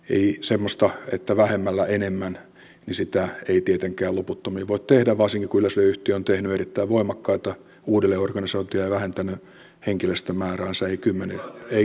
ei semmoista että vähemmällä enemmän voi tietenkään loputtomiin tehdä varsinkin kun yleisradioyhtiö on tehnyt erittäin voimakkaita uudelleenorganisointeja ja vähentänyt henkilöstön määräänsä ei kymmenillä vaan sadoilla